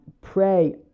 pray